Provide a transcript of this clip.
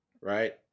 Right